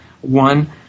One